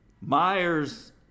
Myers